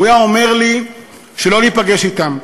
הוא היה אומר לי שלא להיפגש אתם.